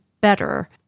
better